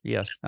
Yes